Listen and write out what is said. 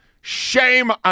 Shame